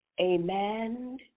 amen